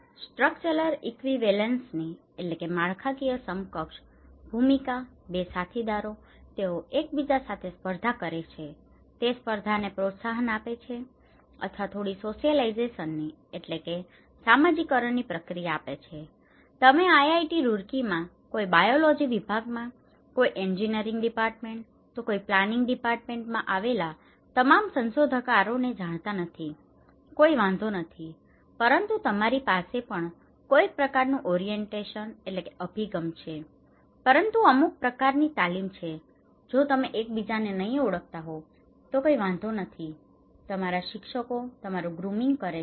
structural ઇકવીવેલેન્સની structural equivalence માળખાકીય સમકક્ષ ભૂમિકા 2 સાથીદારો તેઓ એકબીજા સાથે સ્પર્ધા કરે છે તે સ્પર્ધાને પ્રોત્સાહન આપે છે અથવા થોડી સોશિયલાયઝેશનની socialization સામાજિકકરણ પ્રક્રિયા આપે છે તમે IIT Roorkeeમાં કોઈ બાયોલૉજી વિભાગમાં કોઈક એન્જિનિયરિંગ ડિપાર્ટમેન્ટ તો કોઈ પ્લાનિંગ ડિપાર્ટમેન્ટમાં આવેલા તમારા સંશોધનકારોને જાણતા નથી કોઈ વાંધો નથી પરંતુ તમારી પાસે પણ કોઈક પ્રકારનું ઓરિએન્ટેશન orientation અભિગમ છે અમુક પ્રકારની તાલીમ છે જો તમે એકબીજાને નહીં ઓળખતા હોવ તો કોઈ વાંધો નથી તમારા શિક્ષકો તમારુ ગ્રુમિંગ કરે છે